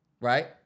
Right